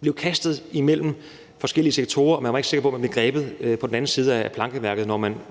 blev kastet mellem forskellige sektorer, og man var ikke sikker på, at man blev grebet på den anden side af plankeværket,